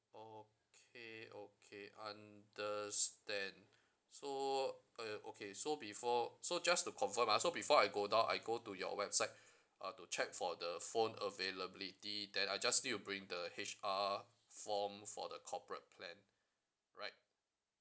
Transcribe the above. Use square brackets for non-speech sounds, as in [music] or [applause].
okay okay understand so uh ya okay so before so just to confirm ah so before I go down I go to your website [breath] uh to check for the phone availability then I just need to bring the H_R form for the corporate plan right